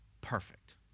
perfect